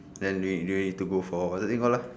then you you need to go for what's it called lah